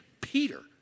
Peter